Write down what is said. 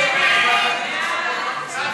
ההצעה